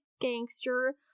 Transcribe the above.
gangster